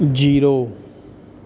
zero